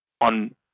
on